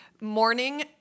morning